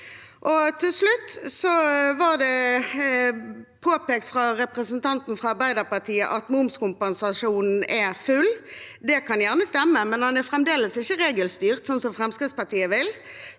Til slutt: Det ble påpekt fra representanten fra Arbeiderpartiet at momskompensasjonen er full. Det kan gjerne stemme, med den er fremdeles ikke regelstyrt, sånn som Fremskrittspartiet vil,